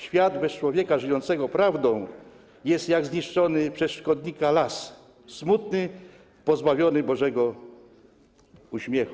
Świat bez człowieka żyjącego prawdą jest jak zniszczony przez szkodnika las - smutny, pozbawiony Bożego uśmiechu.